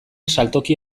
saltoki